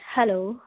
hello